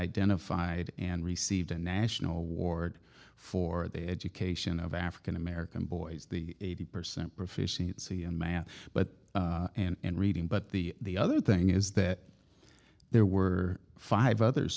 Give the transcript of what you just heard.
identified and received a national award for the education of african american boys the eighty percent proficiency in math but and reading but the other thing is that there were five other